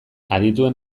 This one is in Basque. adituen